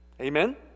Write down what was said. Amen